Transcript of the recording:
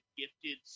gifted